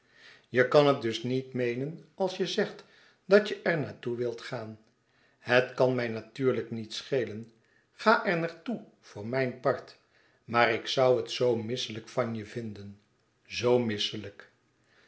je kan het dus niet meenen als je zegt dat je er naar toe wilt gaan het kan mij natuurlijk niet schelen ga er naar toe voor mijn part maar ik zoû het zoo misselijk van je vinden z misselijk